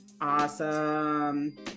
Awesome